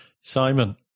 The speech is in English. Simon